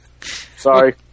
Sorry